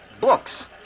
Books